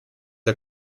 der